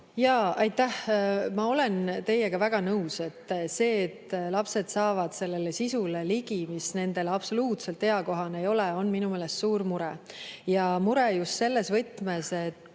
palun! Aitäh! Ma olen teiega väga nõus. Minu meelest see, et lapsed saavad sellele sisule ligi, mis nendele absoluutselt eakohane ei ole, on suur mure. Ja mure just selles võtmes, et